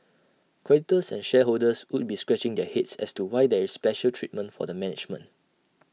creditors and shareholders would be scratching their heads as to why there is special treatment for the management